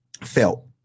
felt